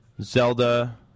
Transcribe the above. Zelda